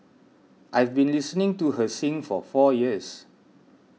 I've been listening to her sing for four years